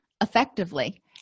effectively